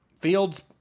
fields